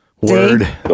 Word